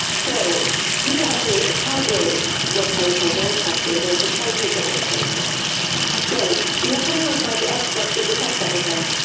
so people have to calibrate what they say very carefully. they have to titrate their words very carefully so you have something like mike esper, the defense secretary,